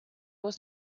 was